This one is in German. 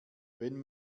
wenn